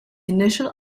initial